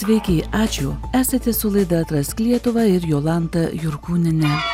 sveiki ačiū esate su laida atrask lietuvą ir jolanta jurkūniene